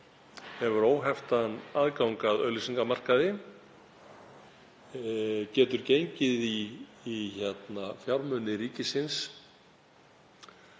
hefur óheftan aðgang að auglýsingamarkaði, getur gengið í fjármuni ríkisins,